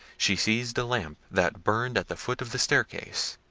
she seized a lamp that burned at the foot of the staircase,